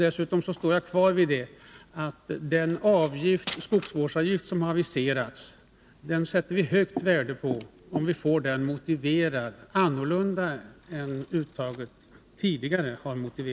Dessutom står jag kvar vid att vi sätter högt värde på den skogsvårdsavgift som har aviserats, om den får en annan motivering än uttaget tidigare fick.